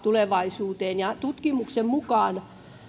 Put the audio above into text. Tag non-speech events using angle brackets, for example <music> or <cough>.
<unintelligible> tulevaisuuteen tutkimuksen mukaan